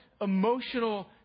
emotional